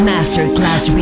Masterclass